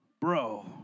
Bro